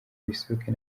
bisoke